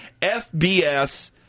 FBS